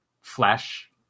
flesh